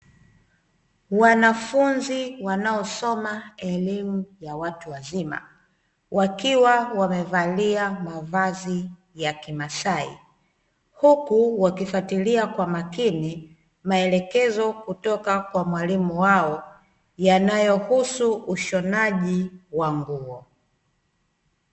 Wanafunzi wanaosoma elimu ya watu wazima wakiwa wamevalia mavazi ya kimasai, huku wakifatilia kwa makini maelekezo kutoka kwa mwalimu wao yanayohusu ushonaji wa nguo.